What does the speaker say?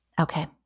Okay